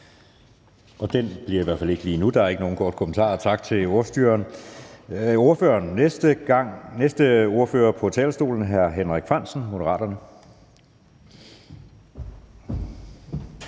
Den bliver i hvert fald ikke lige nu, for der er ikke nogen korte bemærkninger. Tak til ordføreren. Den næste ordfører på talerstolen er hr. Henrik Frandsen, Moderaterne.